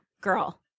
Girl